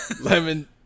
Lemon